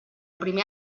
primer